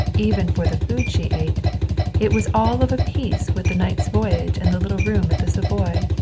even for the food she ate it was all of a piece with the night's voyage and the little room at the savoy.